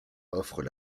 offrent